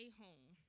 home